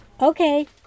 Okay